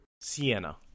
Sienna